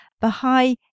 Baha'i